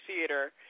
Theater